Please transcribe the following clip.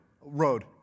Road